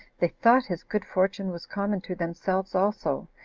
they thought his good fortune was common to themselves also,